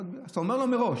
ואז אתה אומר לו מראש,